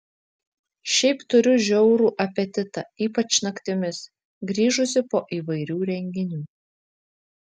šiaip turiu žiaurų apetitą ypač naktimis grįžusi po įvairių renginių